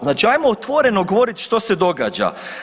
Znači ajmo otvoreno govorit što se događa.